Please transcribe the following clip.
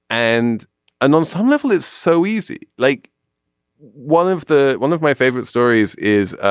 and and on some level it's so easy. like one of the one of my favorite stories is ah